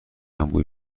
انبوهی